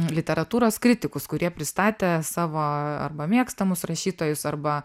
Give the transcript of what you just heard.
literatūros kritikus kurie pristatė savo arba mėgstamus rašytojus arba